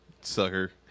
sucker